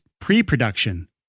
pre-production